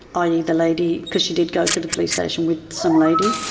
i. e. the lady, because she did go to the police station with some lady,